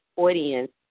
audience